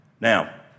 Now